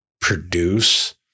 produce